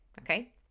Okay